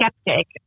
skeptic